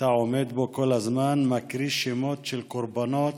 ואתה עומד פה כל הזמן ומקריא שמות של קורבנות